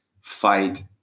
fight